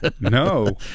No